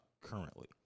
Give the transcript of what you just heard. currently